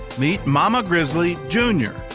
meet mama grizzly junior.